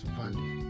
value